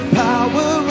power